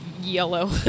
yellow